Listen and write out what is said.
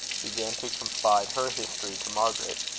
began to confide her history to margaret.